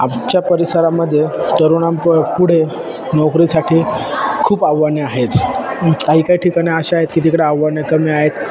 आमच्या परिसरामध्ये तरुणां प पुढे नोकरीसाठी खूप आव्हाने आहेत काही काही ठिकाणी अशा आहेत की तिकडे आव्हाने कमी आहेत